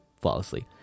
flawlessly